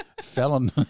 Felon